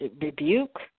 rebuke